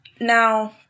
now